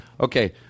Okay